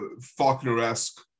Faulkner-esque